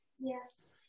Yes